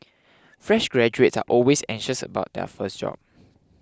fresh graduates are always anxious about their first job